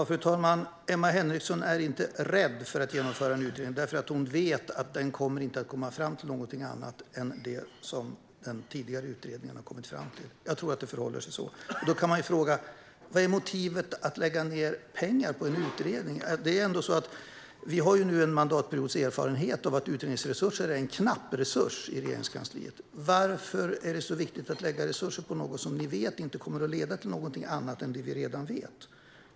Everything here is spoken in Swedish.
Fru talman! Emma Henriksson är inte rädd för att genomföra en utredning, därför att hon vet att den inte kommer att komma fram till någonting annat än det som den tidigare utredningen har kommit fram till. Jag tror att det förhåller sig så. Då kan man fråga: Vad är motivet att lägga ned pengar på en utredning? Vi har ju nu en mandatperiods erfarenhet av att utredningsresurser är en knapp resurs i Regeringskansliet. Varför är det så viktigt att lägga resurser på något som ni vet inte kommer att leda till någonting annat än det vi redan vet?